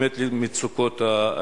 אבל היא קשורה באמת למצוקות הדיור.